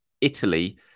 Italy